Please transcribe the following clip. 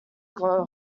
glow